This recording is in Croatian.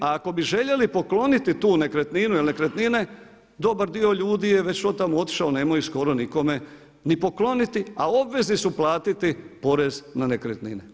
A ako bi željeli pokloniti tu nekretninu jer nekretnine, dobar dio ljudi je već od tamo otišao, nemaju skoro nikome ni pokloniti a obvezni su platiti porez na nekretnine.